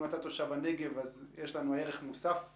אם אתה תושב הנגב, אז יש לנו ערך מוסף נוסף.